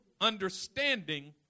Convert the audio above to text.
Understanding